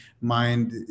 mind